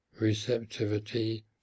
receptivity